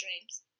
dreams